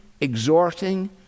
exhorting